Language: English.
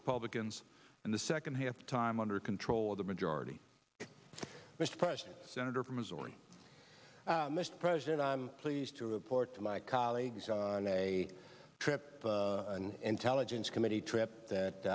republicans and the second half the time under control of the majority mr president senator from missouri mr president i'm pleased to report to my colleagues on a trip and intelligence committee trip that